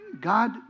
God